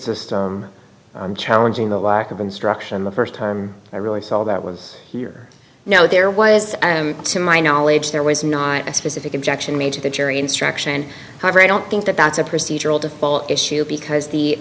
s challenging the lack of instruction in the st term i really saw that was here now there was to my knowledge there was not a specific objection made to the jury instruction however i don't think that that's a procedural default issue because the